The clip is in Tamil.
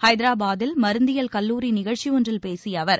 எஹதராபாதில் மருந்தியல் கல்லூரி நிகழ்ச்சி ஒன்றில் பேசிய அவர்